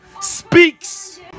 speaks